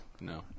No